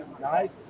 Nice